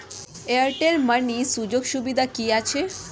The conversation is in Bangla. এয়ারটেল মানি সুযোগ সুবিধা কি আছে?